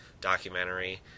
documentary